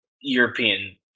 European